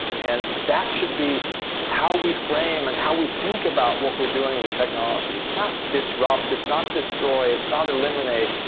and that should be how we frame and how we think about what we're doing with technologies, not disrupt. it's not destroy. it's not eliminate.